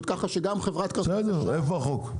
כך שגם חברת כרטיס אשראי --- איפה החוק?